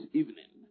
evening